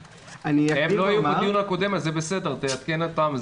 הם לא היו בדיון הקודם, אז זה בסדר, תעדכן אותם.